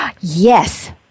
Yes